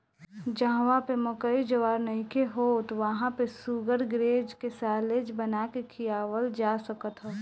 जहवा पे मकई ज्वार नइखे होत वहां पे शुगरग्रेज के साल्लेज बना के खियावल जा सकत ह